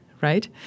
right